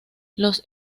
los